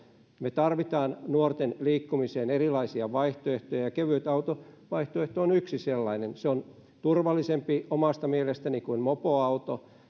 me tarvitsemme nuorten liikkumiseen erilaisia vaihtoehtoja ja kevytautovaihtoehto on yksi sellainen se on turvallisempi omasta mielestäni kuin mopoauto